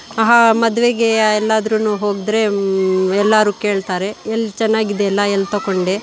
ಮದುವೆಗೆ ಎಲ್ಲಾದ್ರೂ ಹೋದರೆ ಎಲ್ಲರೂ ಕೇಳ್ತಾರೆ ಎಲ್ಲಿ ಚೆನ್ನಾಗಿದೆಯಲ್ಲ ಎಲ್ಲಿ ತೊಗೊಂಡೆ